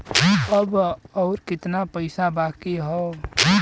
अब अउर कितना पईसा बाकी हव?